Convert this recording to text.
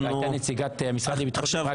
הייתה נציגת המשרד לביטחון הפנים,